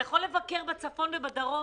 אתה יכול לבקר בצפון ובדרום